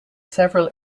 several